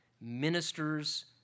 ministers